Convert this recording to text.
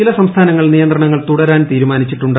ചില സംസ്ഥാനങ്ങൾ നിയന്ത്രണങ്ങൾ തുടരാൻ തീരുമാനിച്ചിട്ടുണ്ട്